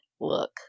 look